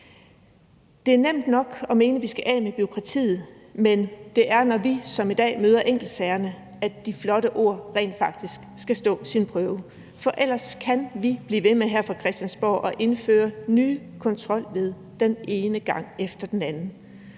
Det er nemt nok at mene, at vi skal af med bureaukratiet, men det er, når vi som i dag møder enkeltsagerne, at de flotte ord rent faktisk skal stå deres prøve, for ellers kan vi blive ved med her fra Christiansborg at indføre nye kontrolled den ene gang efter den anden.